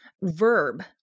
verb